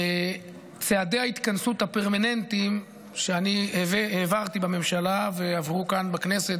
צעדי ההתכנסות הפרמננטיים שאני העברתי בממשלה ועברו כאן בכנסת,